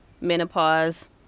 menopause